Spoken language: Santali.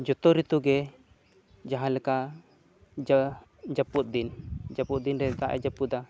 ᱡᱚᱛᱚ ᱨᱤᱛᱩ ᱜᱮ ᱡᱟᱦᱟᱸ ᱞᱮᱠᱟ ᱡᱟ ᱡᱟᱹᱯᱩᱫ ᱫᱤᱱ ᱡᱟᱹᱯᱩᱫ ᱫᱤᱱ ᱨᱮ ᱫᱟᱜᱼᱮ ᱡᱟᱹᱯᱩᱫᱟ